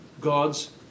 God's